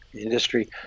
industry